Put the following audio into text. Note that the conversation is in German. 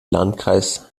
landkreis